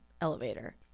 elevator